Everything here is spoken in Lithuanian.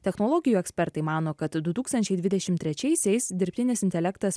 technologijų ekspertai mano kad du tūkstančiai dvidešim trečiaisiais dirbtinis intelektas